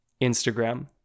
Instagram